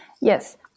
Yes